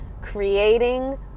Creating